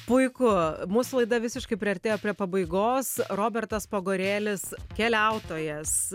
puiku mūsų laida visiškai priartėjo prie pabaigos robertas pagorėlis keliautojas